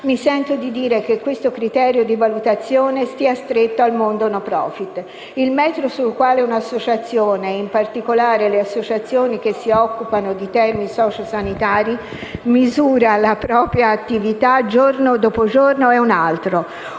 mi sento di dire che questo criterio di valutazione sta stretto al mondo *no profit*. Il metro sul quale una associazione (e in particolare le associazioni che si occupano di temi sociosanitari) misura la propria attività giorno dopo giorno è un altro.